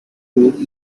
food